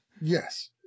Yes